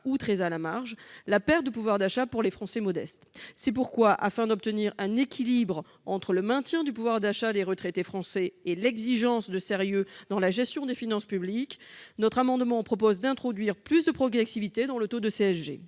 ou très à la marge -la perte de pouvoir d'achat pour les Français modestes. Telles sont les raisons pour lesquelles, afin d'obtenir un équilibre entre le maintien du pouvoir d'achat des retraités français et l'exigence de sérieux dans la gestion des finances publiques, nous proposons d'introduire plus de progressivité dans le taux de la CSG.